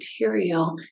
material